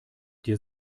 dir